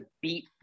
beat